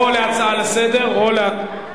או להצעה לסדר-היום,